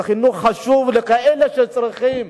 זה חינוך חשוב לכאלה שצריכים,